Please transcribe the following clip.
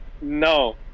No